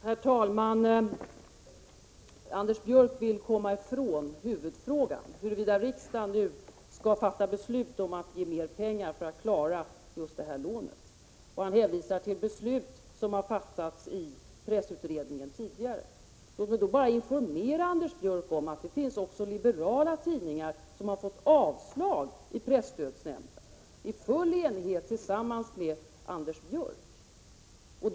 Herr talman! Anders Björck vill komma ifrån huvudfrågan huruvida riksdagen nu skall fatta beslut om att ge mer pengar för att klara just det här lånet. Han hänvisar till beslut som tidigare har fattats i pressutredningen. Låt mig bara få informera Anders Björck om att det också finns liberala tidningar som har fått avslag i presstödsnämnden, och det har varit full enighet och även Anders Björck har varit med.